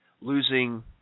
losing